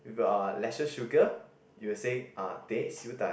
with uh lesser sugar you say uh teh Siew-Dai